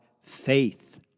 faith